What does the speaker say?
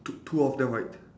two two of them right